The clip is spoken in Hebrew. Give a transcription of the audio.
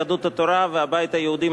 יהדות התורה והבית היהודי,